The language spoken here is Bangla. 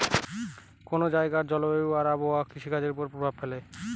কোন জায়গার জলবায়ু আর আবহাওয়া কৃষিকাজের উপর প্রভাব ফেলে